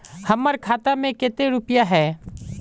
हमर खाता में केते रुपया है?